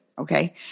okay